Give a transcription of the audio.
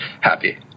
happy